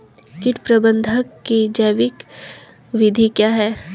कीट प्रबंधक की जैविक विधि क्या है?